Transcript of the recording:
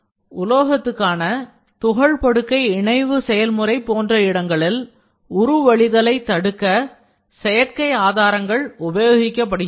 உலோகத்துக்கான துகள் படுக்கை இணைவு செயல்முறை போன்ற சில இடங்களில் உருவழிதலை தடுக்க செயற்கை ஆதாரங்கள் உபயோகிக்கப்படுகின்றன